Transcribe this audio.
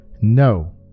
no